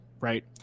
right